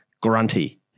grunty